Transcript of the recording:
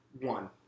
One